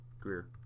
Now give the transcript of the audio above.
Greer